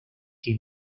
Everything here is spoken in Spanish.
que